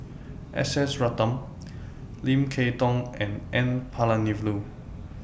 S S Ratnam Lim Kay Tong and N Palanivelu